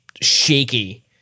shaky